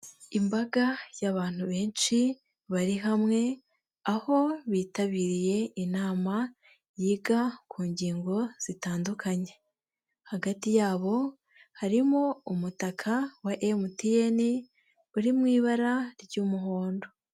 Imbaga y'abantu benshi bari hamwe aho bitabiriye inama yiga ku ngingo zitandukanye, hagati yabo harimo umutaka wa MTN uri mu ibara ry'umuhondo.